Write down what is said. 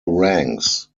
ranks